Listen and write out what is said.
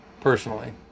personally